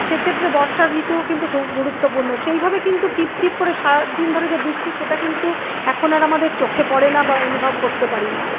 সেক্ষেত্রে বর্ষার ঋতুও কিন্তু খুব গুরুত্বপূর্ণ সেইভাবে কিন্তু টিপটিপ করে সারাদিন ধরে যে বৃষ্টি সেটা কিন্তু এখন আর আমাদের চোখে পরে না বা অনুভব করতে পারি না